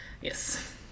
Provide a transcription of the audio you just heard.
Yes